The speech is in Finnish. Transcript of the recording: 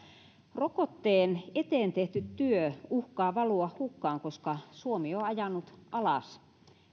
rokotteen eteen tehty työ uhkaa valua hukkaan koska suomi on ajanut alas